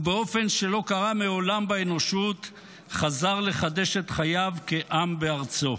ובאופן שלא קרה מעולם באנושות חזר לחדש את חייו כעם בארצו.